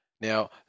Now